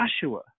Joshua